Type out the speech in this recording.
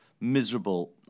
miserable